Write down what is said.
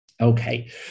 Okay